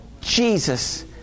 Jesus